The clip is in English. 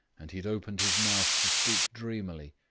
and he had opened his mouth to speak dreamily,